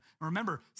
Remember